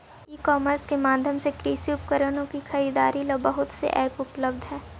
ई commerce के माध्यम से कृषि उपकरणों की खरीदारी ला बहुत से ऐप उपलब्ध हई